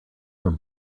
from